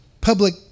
public